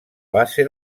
base